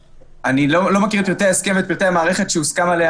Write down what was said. אני לא מכיר את פרטי ההסכם ואת פרטי המערכת שהוסכם עליה